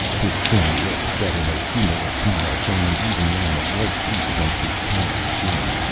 his thin lips set in a humorless smile, showing an even line of white teeth against his tanned skin.